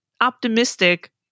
optimistic